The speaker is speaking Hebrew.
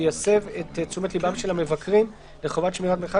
שיסב את תשומת לבם של המבקרים לחובת שמירת מרחק